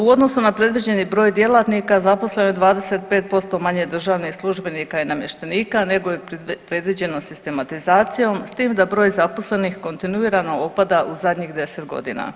U odnosu na predviđeni broj djelatnika zaposleno je 25% manje državnih službenika i namještenika nego je predviđeno sistematizacijom s tim da broj zaposlenih kontinuirano opada u zadnjih 10 godina.